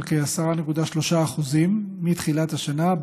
של כ-10.3% אחוזים מתחילת השנה,